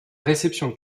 réception